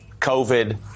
COVID